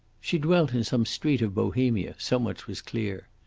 she dwelt in some street of bohemia so much was clear.